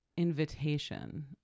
invitation